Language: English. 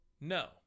No